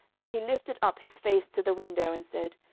and he lifted up his face to the window, and said,